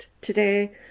today